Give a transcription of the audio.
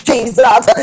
Jesus